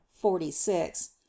forty-six